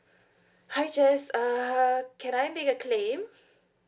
hi jess uh can I make a claim